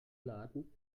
laden